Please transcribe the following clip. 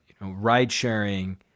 ride-sharing